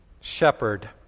shepherd